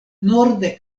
norde